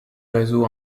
réseau